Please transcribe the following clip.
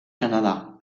canadà